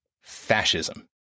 Fascism